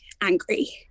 angry